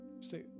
Say